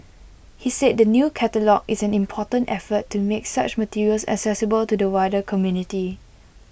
he said the new catalogue is an important effort to make such materials accessible to the wider community